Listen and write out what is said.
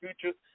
future